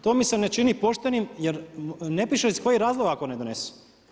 To mi se ne čini poštenim, jer ne piše iz kojeg razloga ako ne donesu.